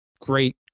great